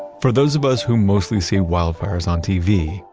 for those of us who mostly see wildfires on tv,